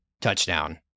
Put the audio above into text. touchdown